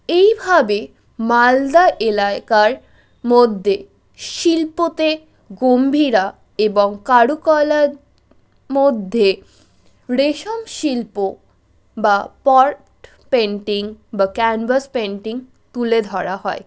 এইভাবে মালদা এলাকার মধ্যে শিল্পতে গম্ভীরা এবং কারুকলার মধ্যে রেশম শিল্প বা পট পেন্টিং বা ক্যানভাস পেন্টিং তুলে ধরা হয়